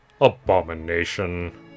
abomination